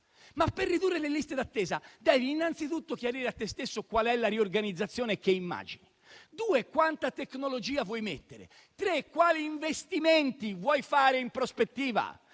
Ma per ridurre le liste d'attesa devi innanzitutto chiarire a te stesso qual è la riorganizzazione che immagini, quanta tecnologia vuoi mettere e quali investimenti vuoi fare in prospettiva.